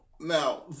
Now